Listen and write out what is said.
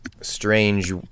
strange